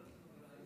שלוש דקות, בבקשה.